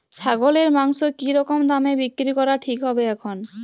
ছাগলের মাংস কী রকম দামে বিক্রি করা ঠিক হবে এখন?